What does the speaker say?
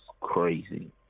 crazy